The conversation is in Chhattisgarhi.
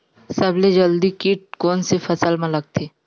सबले जल्दी कीट कोन से फसल मा लगथे?